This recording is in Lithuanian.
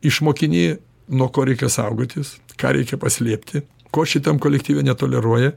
išmokini nuo ko reikia saugotis ką reikia paslėpti ko šitam kolektyve netoleruoji